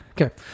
okay